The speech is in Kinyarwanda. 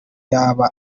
yaba